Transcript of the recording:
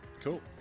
Cool